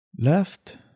left